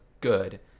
good